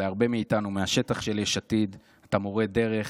שלהרבה מאיתנו מהשטח של יש עתיד אתה מורה דרך